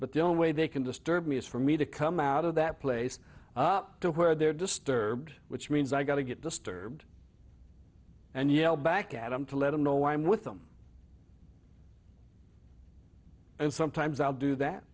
but the way they can disturb me is for me to come out of that place up to where they're disturbed which means i got to get disturbed and yell back at them to let them know i'm with them and sometimes i'll do that